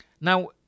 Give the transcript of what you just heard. Now